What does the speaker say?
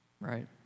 right